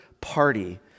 party